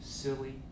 Silly